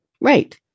Right